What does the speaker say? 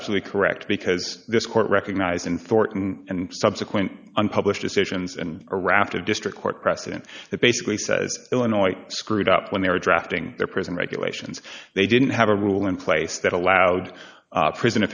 absolutely correct because this court recognizing thorton and subsequent unpublished decisions and a raft of district court precedent that basically says illinois screwed up when they were drafting their prison regulations they didn't have a rule in place that allowed prison